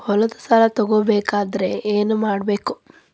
ಹೊಲದ ಸಾಲ ತಗೋಬೇಕಾದ್ರೆ ಏನ್ಮಾಡಬೇಕು?